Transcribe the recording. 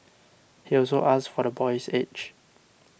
he also asked for the boy's age